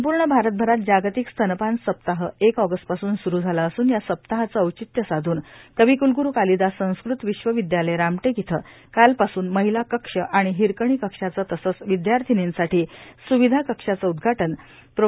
संपूर्ण भारतभरात जागतिक स्तनपान सप्ताह एक ऑगस् पासून स्रू झाला असून या सप्ताहाचं औचित्य साधून कविक्लगुरू कालिदास संस्कृत विश्वविद्यालय रामप्रेक इथं कालपासून महिला कक्ष आणि हिरकणी कक्षाचं तसंच विद्यार्थिनींसाठी स्विधा कक्षाचं उद्घा न प्रो